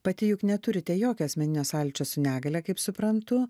pati juk neturite jokio asmeninio sąlyčio su negalia kaip suprantu